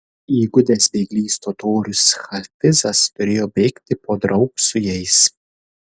įgudęs bėglys totorius hafizas turėjo bėgti podraug su jais